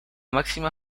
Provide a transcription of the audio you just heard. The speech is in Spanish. máxima